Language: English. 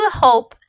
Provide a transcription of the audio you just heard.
hope